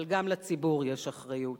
אבל גם לציבור יש אחריות.